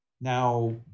now